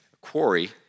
quarry